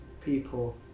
people